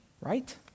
right